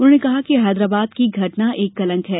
उन्होंने कहा कि हैदराबाद की घटना एक कलंक है